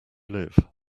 live